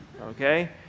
okay